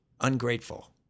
ungrateful